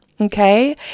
Okay